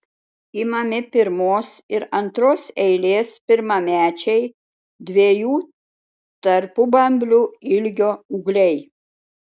imami pirmos ir antros eilės pirmamečiai dviejų tarpubamblių ilgio ūgliai